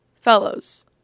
Fellows